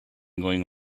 going